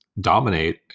dominate